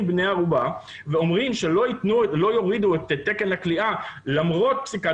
בני ערובה ואומרים שלא יורידו את תקן הכליאה למרות פסיקת